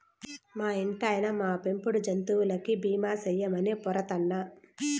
మా ఇంటాయినా, మా పెంపుడు జంతువులకి బీమా సేయమని పోరతన్నా